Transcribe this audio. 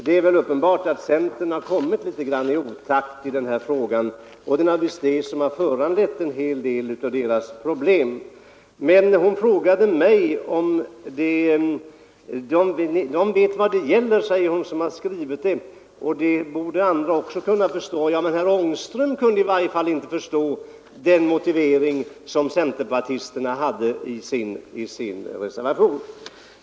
Det är väl uppenbart att centern har kommit litet grand i otakt i den här frågan, och det är naturligtvis detta som har föranlett en hel del av dess problem. Fröken Andersson sade att de som har skrivit reservationen 2 vid socialutskottets betänkande nr 8 vet vad det gäller, och det borde andra också veta. Men herr Ångström kunde i varje fall inte förstå den motivering som centerpartisterna anför i sin reservation.